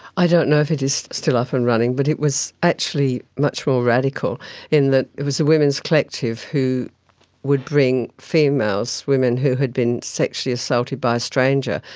i don't know if it is still up and running, but it was actually much more radical in that it was a women's collective who would bring females, women who had been sexually assaulted by a stranger,